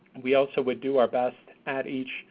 we also would do our best at each